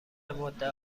مدت